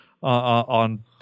on